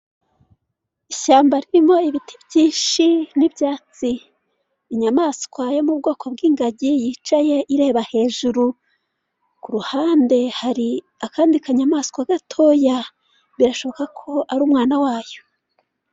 Ishyamba ririmo ibiti byinshi n'ibyatsi, inyamaswa yo mu bwoko bw'ingagi yicaye ireba hejuru kuruhande hari akandi kanyamaswa gatoya birashoboka ko ari umwana wayo.